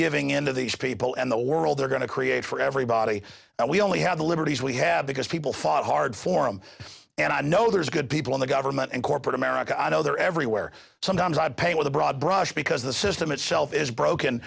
giving in to these people and the world they're going to create for everybody and we only have the liberties we have because people fought hard for him and i know there's good people in the government and corporate america i know they're everywhere sometimes i pay with a broad brush because the system itself is broken